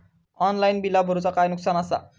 Offline बिला भरूचा काय नुकसान आसा?